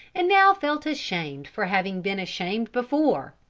and now felt ashamed for having been ashamed before.